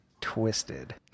Twisted